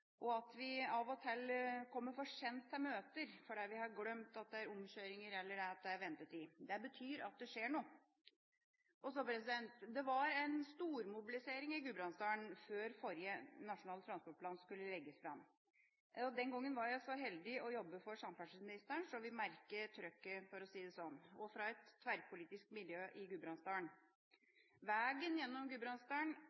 for at vi av og til kommer for seint til møter fordi vi har glemt at det er omkjøringer eller ventetid. Det betyr at det skjer noe. Det var en stormobilisering i Gudbrandsdalen før forrige Nasjonal transportplan skulle legges fram. Den gangen var jeg så heldig å jobbe for samferdselsministeren, så vi merket trykket, for å si det sånn, også fra et tverrpolitisk miljø i Gudbrandsdalen.